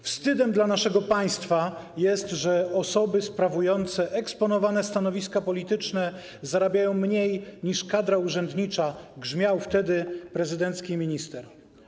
Wstydem dla naszego państwa jest to, że osoby sprawujące eksponowane stanowiska polityczne zarabiają mniej niż kadra urzędnicza - grzmiał wtedy prezydencki minister.